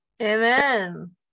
Amen